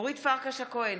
אורית פרקש הכהן,